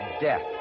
death